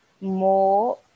more